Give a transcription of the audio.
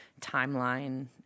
timeline